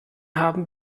haben